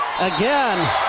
Again